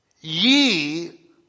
Ye